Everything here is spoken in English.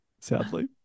sadly